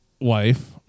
wife